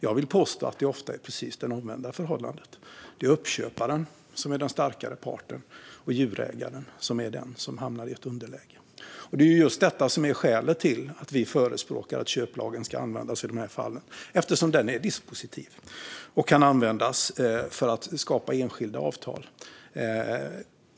Jag vill påstå att det ofta är precis det omvända förhållandet. Det är uppköparen som är den starkare parten och djurägaren som är den som hamnar i ett underläge. Det är just detta som är skälet till att vi förespråkar att köplagen ska användas i de fallen eftersom den är dispositiv och kan användas för att skapa enskilda avtal.